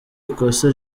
ikosa